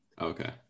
Okay